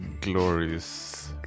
glorious